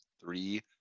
three